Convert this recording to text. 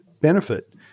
benefit